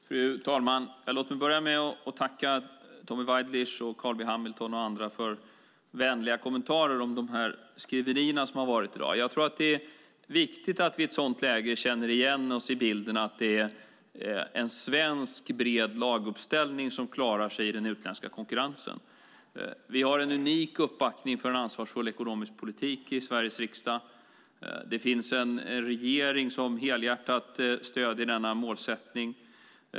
Fru talman! Låt mig börja med att tacka Tommy Waidelich, Carl B Hamilton och andra för vänliga kommentarer om de skriverier som har varit i dag. Jag tror att det är viktigt att vi i ett sådant läge känner igen oss i bilden att det är en svensk bred laguppställning som klarar sig i den utländska konkurrensen. Vi har en unik uppbackning för en ansvarsfull ekonomisk politik i Sveriges riksdag. Det finns en regering som helhjärtat stöder denna målsättning.